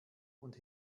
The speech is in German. und